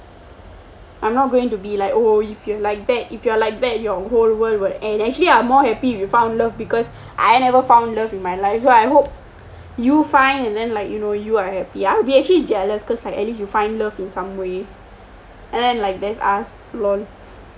I'm not going to be like oh you feel like that if you are like that your whole world will end actually I'm more happy you found love because I never found love in my life so I hope you find and then like you know you are happy I will be actually jealous cause like at least you find love in some way and then like there's us LOL